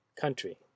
country